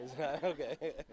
Okay